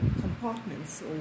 compartments